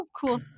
cool